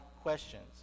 questions